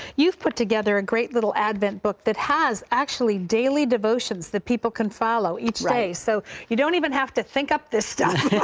you put together a great little advent book that has daily devotions that people can follow each day. so you don't even have to think up this stuff.